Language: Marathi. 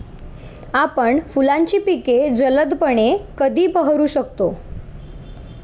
आपण फुलांची पिके जलदपणे कधी बहरू शकतो?